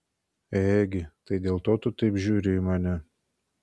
egi tai dėl to tu taip žiūri į mane